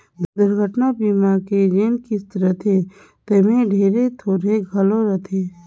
दुरघटना बीमा के जेन किस्त रथे तेम्हे ढेरे थोरहें घलो रहथे